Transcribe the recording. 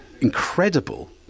incredible